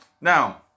now